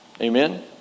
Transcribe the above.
Amen